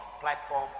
platform